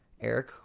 Eric